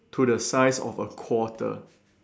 to the size of a quarter